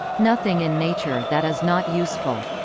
nothing in nature that is not useful.